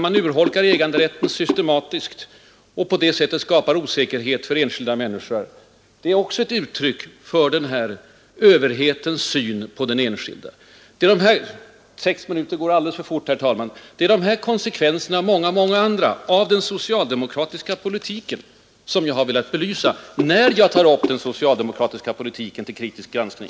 Man urholkar äganderätten systematiskt och skapar på det sättet osäkerhet för enskilda människor. Det är också ett uttryck för överhetens syn på den enskilde. Det är de här konsekvenserna, och många, många andra, av den socialdemokratiska politiken som jag har velat belysa när jag här har tagit upp den socialdemokratiska politiken till kritisk granskning.